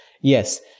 yes